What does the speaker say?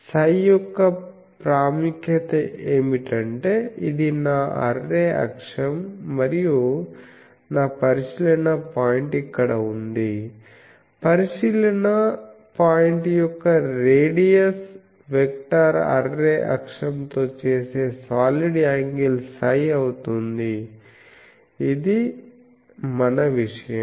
ψ యొక్క ప్రాముఖ్యత ఏమిటంటే ఇది నా అర్రే అక్షం మరియు నా పరిశీలన పాయింట్ ఇక్కడ ఉంది పరిశీలన పాయింట్ యొక్క రేడియస్ వెక్టర్ అర్రే అక్షంతో చేసే సాలిడ్ యాంగిల్ ψ అవుతుంది అది మన విషయం